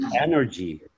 energy